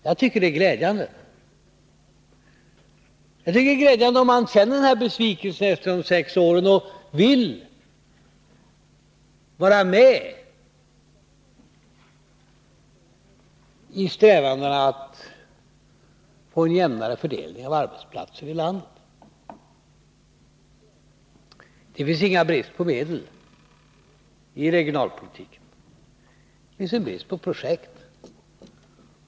Jag tycker det är glädjande om han känner denna besvikelse efter de sex åren och vill vara med i strävandena att få en jämnare fördelning av arbetsplatser i landet. Det finns ingen brist på medel i regionalpolitiken.